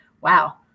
wow